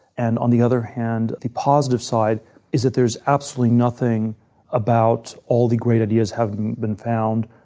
and on the other hand, the positive side is that there is absolutely nothing about all the great ideas having been found.